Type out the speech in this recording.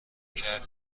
کرد